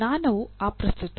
ಜ್ಞಾನವು ಅಪ್ರಸ್ತುತ